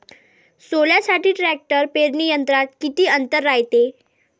सोल्यासाठी ट्रॅक्टर पेरणी यंत्रात किती अंतर रायते?